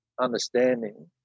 understanding